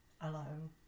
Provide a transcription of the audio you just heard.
alone